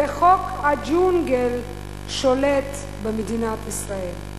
וחוק הג'ונגל שולט במדינת ישראל.